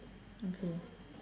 okay